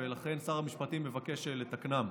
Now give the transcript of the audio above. ולכן שר המשפטים מבקש לתקנם.